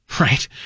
right